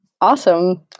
Awesome